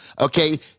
okay